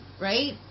right